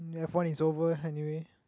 ya phone is over anyway